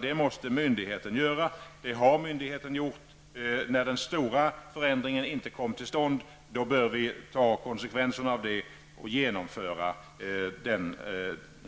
Det måste myndigheten göra. Det har myndigheten gjort. När den stora förändringen inte kom till stånd bör vi ta konsekvensen av detta och genomföra den